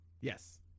Yes